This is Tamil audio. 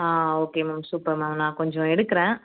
ஆ ஓகே மேம் சூப்பர் மேம் நான் கொஞ்சம் எடுக்கிறேன்